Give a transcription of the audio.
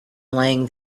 lying